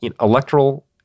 electoral